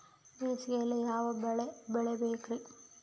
ಬೇಸಿಗೆಯಲ್ಲಿ ಯಾವ ಬೆಳೆ ಬೆಳಿಬೇಕ್ರಿ?